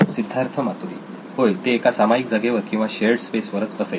सिद्धार्थ मातुरी होय ते एका सामायिक जागेवर किंवा शेअर्ड स्पेस वरच असेल